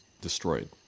destroyed